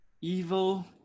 evil